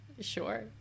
sure